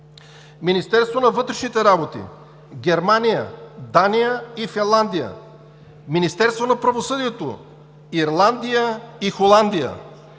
Министерството на вътрешните работи – в Германия, Дания и Финландия; Министерството на правосъдието – в Ирландия и в Холандия.